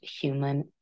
human